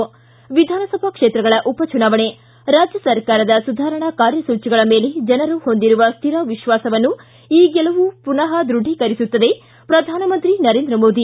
ಿದ ವಿಧಾನಸಭಾ ಕ್ಷೇತ್ರಗಳ ಉಪಚುನಾವಣೆ ರಾಜ್ಯ ಸರ್ಕಾರದ ಸುಧಾರಣಾ ಕಾರ್ಯಸೂಚಿಗಳ ಮೇಲೆ ಜನರು ಹೊಂದಿರುವ ಶ್ಯರ ವಿಶ್ವಾಸವನ್ನು ಈ ಗೆಲುವು ಪುನ ದೃಢೀಕರಿಸುತ್ತದೆ ಪ್ರಧಾನಮಂತ್ರಿ ನರೇಂದ್ರ ಮೋದಿ